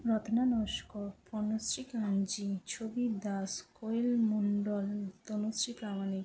Ratna Naskar Banashree Kanji Chhabi Das Koyel Mondal Tanushree Pramanik